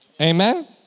Amen